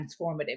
transformative